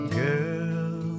girl